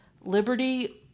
Liberty